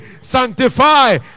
Sanctify